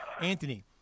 Anthony